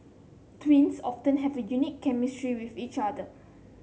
twins often have a unique chemistry with each other